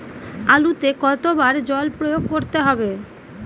আলুতে কতো বার জল প্রয়োগ করতে হবে?